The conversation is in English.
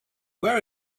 where